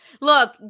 look